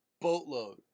boatload